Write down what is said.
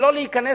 שלא להיכנס,